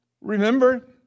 Remember